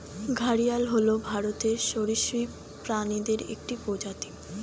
ঘড়িয়াল হল ভারতীয় সরীসৃপ প্রাণীদের একটি প্রজাতি